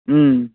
ம்